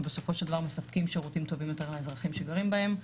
שבסופו שכבר מספקות שירותים טובים יותר לאזרחים שגרים בהן,